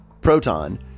proton